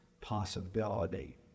possibility